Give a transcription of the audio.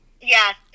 Yes